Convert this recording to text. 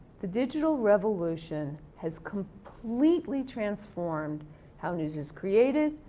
the digital revolution has completely transformed how news is created,